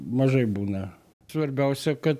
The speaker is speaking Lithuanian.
mažai būna svarbiausia kad